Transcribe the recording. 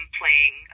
playing